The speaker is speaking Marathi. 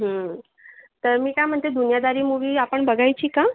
तर मी काय म्हणते दुनियादारी मूवी आपण बघायची का